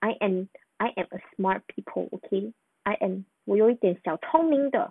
I am I am a smart people okay I am 我有一点小聪明的